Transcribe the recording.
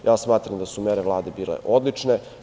Ja smatram da su mere Vlade bile odlične.